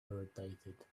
irritated